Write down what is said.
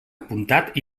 apuntat